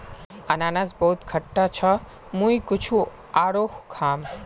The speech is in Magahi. अनन्नास बहुत खट्टा छ मुई कुछू आरोह खाम